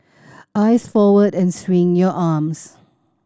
eyes forward and swing your arms